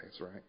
right